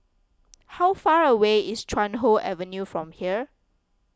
how far away is Chuan Hoe Avenue from here